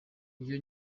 iyo